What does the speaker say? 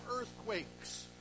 earthquakes